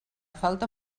falta